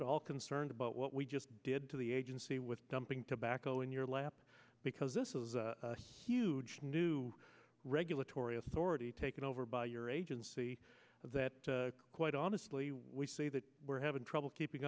at all concerned about what we just did to the agency with dumping tobacco in your lap because this is huge new regulatory authority taken over by your agency that quite honestly we say that we're having trouble keeping